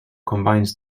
combines